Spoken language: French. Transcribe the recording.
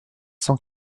cent